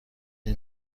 این